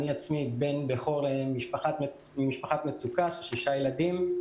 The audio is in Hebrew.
אני עצמי בן בכור ממשפחת מצוקה של 6 ילדים.